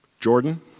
Jordan